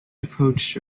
approached